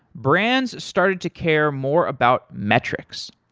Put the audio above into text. brands started to care more about metrics.